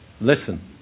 listen